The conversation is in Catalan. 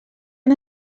han